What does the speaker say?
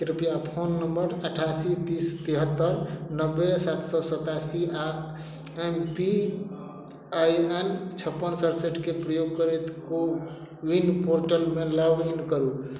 कृपया phone number अठासी तीस तिहत्तरि नब्बे सात सए सतासी आ एम पी आइ एन छप्पन सरसठके प्रयोग करैत कोविन पोर्टलमे लॉग इन करू